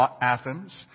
Athens